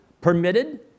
permitted